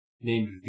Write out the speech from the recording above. named